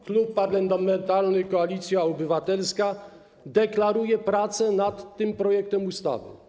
Klub Parlamentarny Koalicja Obywatelska deklaruje pracę nad tym projektem ustawy.